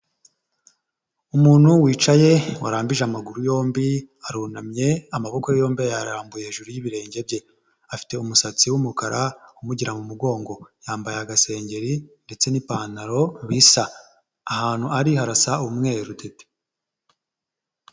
Umuntu wicaye warambije amaguru yombi arunamye amaboko yombi yayarambuye hejuru y'ibirenge bye afite umusatsi w'umukara umugera mu mugongo yambaye agasengeri ndetse n'ipantaro bisa ahantu ari harasa umweru dede.